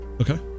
Okay